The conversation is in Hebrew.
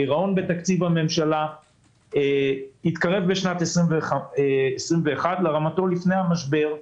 הגירעון בתקציב הממשלה התקרב בשנת 2021 לרמתו לפני המשבר.